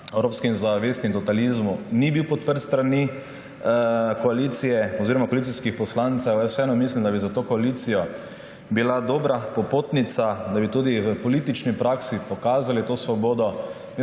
evropski zavesti in totalitarizmu ni bil podprt s strani koalicije oziroma koalicijskih poslancev. Vseeno mislim, da bi bila za to koalicijo dobra popotnica, da bi tudi v politični praksi pokazali to svobodo.